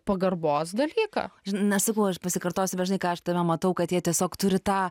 pagarbos dalyką žinau sakau aš pasikartosiu dažnai ką aš tave matau kad jie tiesiog turi tą